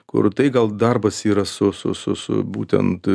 kur tai gal darbas yra su su su būtent